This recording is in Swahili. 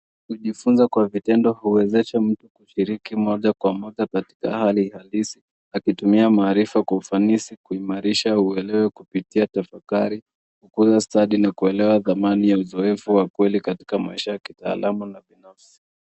Kujifunza kwa vitendo huweza mtu kushiriki moja kwa moja katika hali halisi akitumia maarifa kwa ufanisi kuimarisha uelewe kupitia tafakari, hukuza stadi na kuelewa dhamani ya uzoefu wa ukweli katika maisha ya kitaalamu na binafsi.